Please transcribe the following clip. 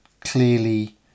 clearly